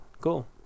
Cool